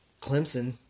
Clemson